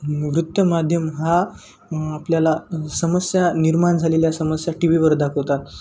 नृत्य माध्यम हा आपल्याला समस्या निर्माण झालेल्या समस्या टी व्ही वर दाखवतात